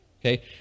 okay